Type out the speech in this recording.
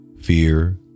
Fear